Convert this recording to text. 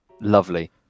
Lovely